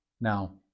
Now